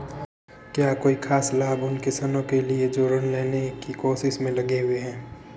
क्या कोई खास लाभ उन किसानों के लिए हैं जो ऋृण लेने की कोशिश में लगे हुए हैं?